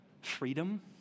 freedom